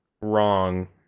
wrong